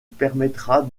permettra